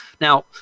Now